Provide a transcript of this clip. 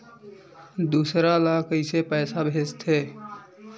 दूसरा ला कइसे पईसा भेजथे?